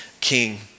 king